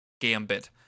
gambit